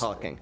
talking